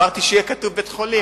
אמרתי שיהיה כתוב "בית-חולים".